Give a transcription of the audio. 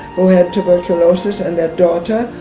who had tuberculosis and their daughter,